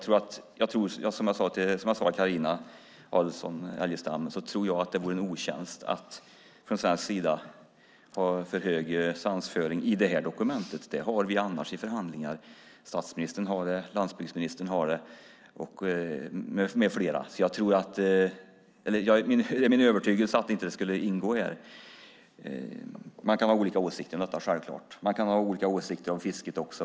Som jag sade till Carina Adolfsson Elgestam tror jag att det vore en otjänst att från svensk sida ha för hög svansföring i detta dokument. Det har vi annars i förhandlingar - statsministern, landsbygdsministern med flera har det. Det är min övertygelse att det inte ska ingå här. Man kan självklart ha olika åsikter om detta. Man kan ha olika åsikter om fisket också.